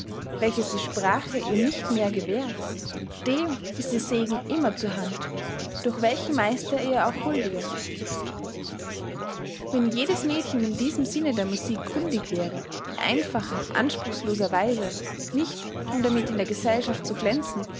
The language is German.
welches die sprache ihr nicht mehr gewährt dem ist ihr segen immer zur hand durch welchen meister er ihr auch huldige wenn jedes mädchen in diesem sinne der musik kundig wäre in einfacher anspruchsloser weise nicht um damit in der gesellschaft zu glänzen